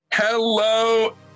Hello